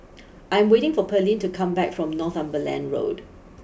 I'm waiting for Pearlene to come back from Northumberland Road